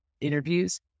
interviews